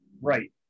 right